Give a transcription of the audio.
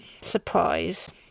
surprise